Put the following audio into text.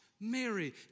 Mary